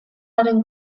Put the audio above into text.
haren